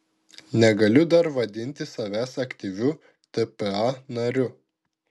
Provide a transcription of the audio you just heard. negaliu dar vadinti savęs aktyviu tpa nariu